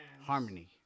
Harmony